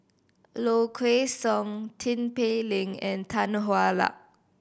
Low Kway Song Tin Pei Ling and Tan Hwa Luck